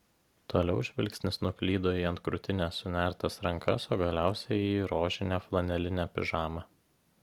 toliau žvilgsnis nuklydo į ant krūtinės sunertas rankas o galiausiai į rožinę flanelinę pižamą